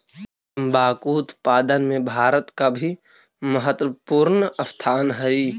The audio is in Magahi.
तंबाकू उत्पादन में भारत का भी महत्वपूर्ण स्थान हई